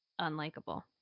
unlikable